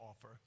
offer